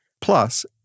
plus